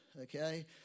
okay